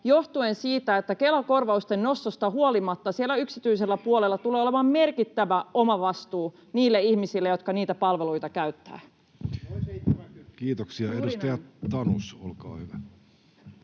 johtuen siitä, että Kela-korvausten nostosta huolimatta siellä yksityisellä puolella tulee olemaan merkittävä omavastuu niille ihmisille, jotka niitä palveluita käyttävät. [Aki Lindén: Noin